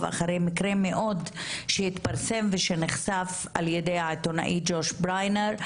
אחר מקרה שהתפרסם ונחשף על-ידי העיתונאי ג'וש בריינר,